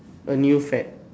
a new fad